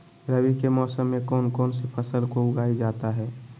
रवि के मौसम में कौन कौन सी फसल को उगाई जाता है?